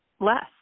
less